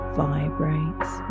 vibrates